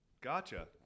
gotcha